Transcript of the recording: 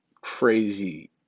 crazy